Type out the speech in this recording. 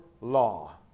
law